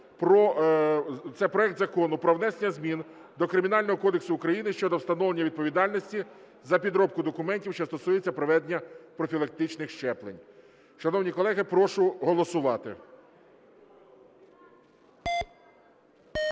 це проект Закону про внесення змін до Кримінального кодексу України щодо встановлення відповідальності за підробку документів, що стосуються проведення профілактичних щеплень. Шановні колеги, прошу голосувати.